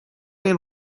این